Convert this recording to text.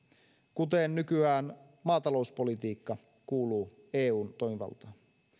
kuten nykyään maatalouspolitiikka kuuluu eun toimivaltaan